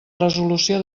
resolució